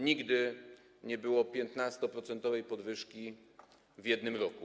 Nigdy nie było 15-procentowej podwyżki w jednym roku.